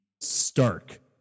stark